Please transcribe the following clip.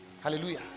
Hallelujah